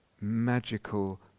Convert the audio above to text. magical